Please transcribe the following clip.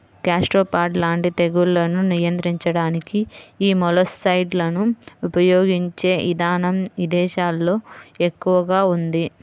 gastropod లాంటి తెగుళ్లను నియంత్రించడానికి యీ మొలస్సైడ్లను ఉపయిగించే ఇదానం ఇదేశాల్లో ఎక్కువగా ఉంది